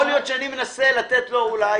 יכול להיות שאני מנסה לתת לו אולי